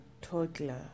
toddler